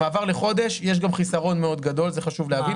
במעבר לחודש יש גם חסרון מאוד גדול וחשוב להבין